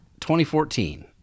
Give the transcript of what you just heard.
2014